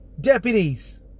deputies